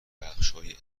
بخشهای